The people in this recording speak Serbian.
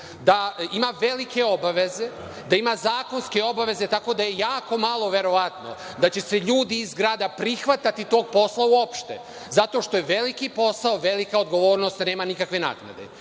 da ima velike obaveze, da ima zakonske obaveze, tako da je jako malo verovatno da će se ljudi iz zgrada prihvatati tog posla uopšte, zato što je veliki posao, velika odgovornost, a nema nikakve naknade.